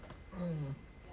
mm